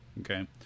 Okay